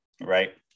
Right